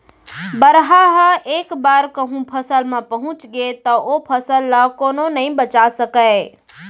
बरहा ह एक बार कहूँ फसल म पहुंच गे त ओ फसल ल कोनो नइ बचा सकय